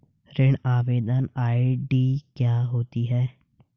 ऋण आवेदन आई.डी क्या होती है?